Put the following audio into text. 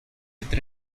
with